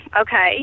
okay